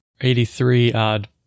83-odd